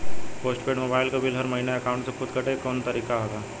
Post paid mobile क bill हर महिना एकाउंट से खुद से कटे क कौनो तरीका ह का?